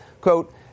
Quote